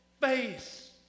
face